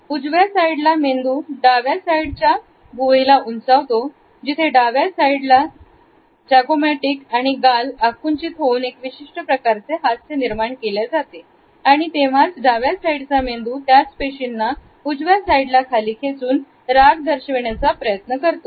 उजव्या साईडला मेंदू डाव्या साईडच्या भुवयाला उंचावतो जिथे डाव्या साईडला जागो मॅटिक आणि गाल आकुंचित होऊन एक विशिष्ट प्रकारचा हास्य निर्माण केल्या जाते आणि तेव्हाच डाव्या साईडला मेंदू त्याच पेशींना उजव्या साईडला खाली खेचून राग दर्शविण्याचा प्रयत्न करतो